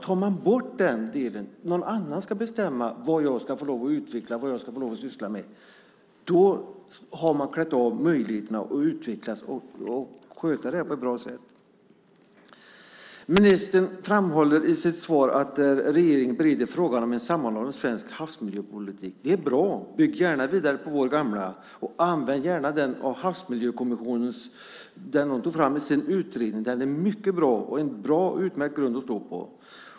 Tar man bort den delen, så att någon annan ska bestämma vad jag ska få utveckla, vad jag ska få lov att syssla med, har man klätt av möjligheten att utvecklas och att sköta det här på ett bra sätt. Ministern framhåller i sitt svar att regeringen bereder frågan om en sammanhållen svensk havsmiljöpolitik. Det är bra. Bygg gärna vidare på vår gamla politik, och använd gärna det som Havsmiljökommissionen tog fram i sin utredning. Det är mycket bra, en utmärkt grund att stå på.